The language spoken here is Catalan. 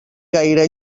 gaire